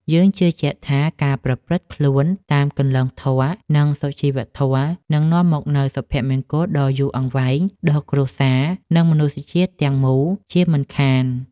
យើងជឿជាក់ថាការប្រតិបត្តិខ្លួនតាមគន្លងធម៌ និង សុជីវធម៌នឹងនាំមកនូវសុភមង្គលដ៏យូរអង្វែងដល់គ្រួសារ និង មនុស្សជាតិទាំងមូលជាមិនខាន។